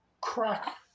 crack